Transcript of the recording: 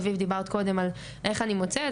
אביב לניצולי שואה דיברתם קודם על איך אני מוצאת,